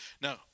Now